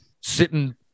sitting